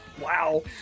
Wow